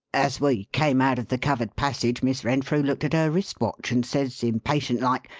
as we came out of the covered passage miss renfrew looked at her wrist-watch and says, impatient like,